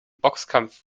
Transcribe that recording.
boxkampf